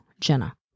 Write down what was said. Jenna